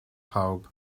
pawb